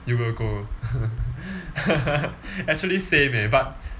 you will go actually same eh but